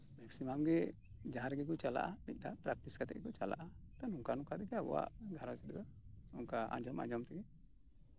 maximum ᱜᱮ ᱡᱟᱦᱟᱸ ᱨᱮᱜᱮᱠᱚ ᱪᱟᱞᱟᱜᱼᱟ ᱢᱤᱫ ᱫᱷᱟᱣ ᱯᱮᱠᱴᱤᱥ ᱠᱟᱛᱮ ᱜᱮᱠᱚ ᱪᱟᱞᱟᱜᱼᱟ ᱛᱚ ᱱᱚᱝᱠᱟ ᱱᱚᱝᱠᱟ ᱛᱮᱜᱮ ᱟᱵᱚᱣᱟᱜ ᱜᱷᱟᱨᱚᱧᱡᱽ ᱨᱮᱫᱚ ᱚᱱᱠᱟ ᱟᱸᱡᱚᱢ ᱟᱸᱡᱚᱢᱛᱮᱜᱮ